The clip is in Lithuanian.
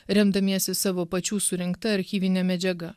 remdamiesi savo pačių surinkta archyvine medžiaga